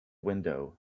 window